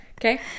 okay